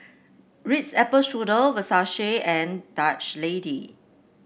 Ritz Apple Strudel Versace and Dutch Lady